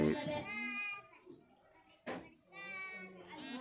ಸೆಣಬಿನ ಬೀಜಗಳು ಸೇವನೆಯಿಂದ ನರರೋಗ, ಉರಿಊತ ಚರ್ಮ ರಕ್ಷಣೆ ಸಂಧಿ ವಾಯು ಉತ್ತಮ ಆಹಾರವಾಗಿದೆ